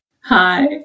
Hi